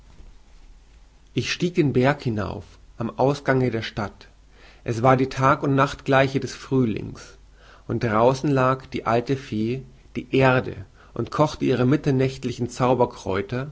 ich stieg den berg hinauf am ausgange der stadt es war die tag und nachtgleiche des frühlings und draußen lag die alte fee die erde und kochte ihre